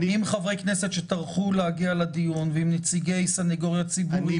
חברי כנסת שטרחו להגיע לדיון ועם נציגי סנגוריה ציבורית,